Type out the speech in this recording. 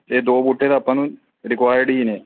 ਇਹ ਦੋ ਬੂਟੇ ਤਾਂ ਆਪਾਂ ਨੂੰ ਰਿਕੁਾਇਰਡ ਹੀ ਨੇ